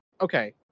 okay